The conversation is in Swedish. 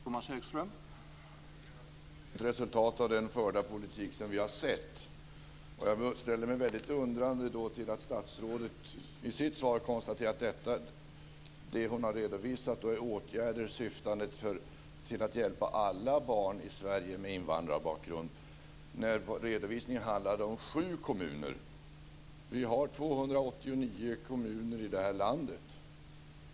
Herr talman! Segregationen är ett resultat av den förda politik som vi har sett. Och jag ställer mig då väldigt undrande till att statsrådet i sitt svar konstaterar att det som hon har redovisat är åtgärder som syftar till att hjälpa alla barn i Sverige med invandrarbakgrund när redovisningen handlade om sju kommuner. Vi har 289 kommuner i det här landet.